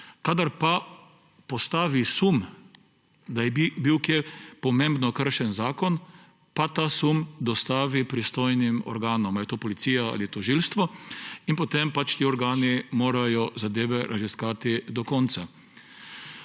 Kadar pa postavi sum, da je bil kje pomembno kršen zakon, ta sum dostavi pristojnim organom, ali je to policija ali tožilstvo, in potem morajo ti organi zadeve raziskati do konca.